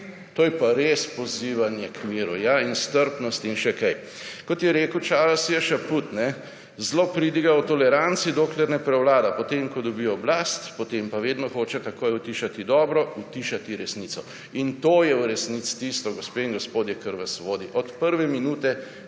To je pa res pozivanje k miru in strpnosti in še kaj. Kot je rekel Charles J. Chaput, da zlo pridiga o toleranci, dokler ne prevlada. Potem ko dobi oblast, pa vedno hoče takoj utišati dobro, utišati resnico. To je v resnici tisto, gospe in gospodje, kar vas vodi, od prve minute,